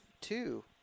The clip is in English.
two